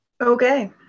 okay